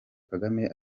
kagame